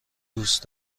دوست